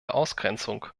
ausgrenzung